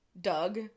Doug